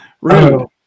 Rude